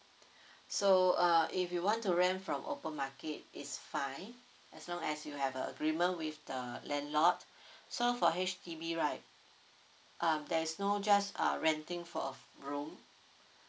so uh if you want to rent from open market it's fine as long as you have a agreement with the landlord so for H_D_B right um there's no just uh renting for a room